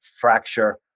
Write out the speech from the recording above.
fracture